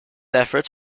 efforts